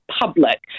public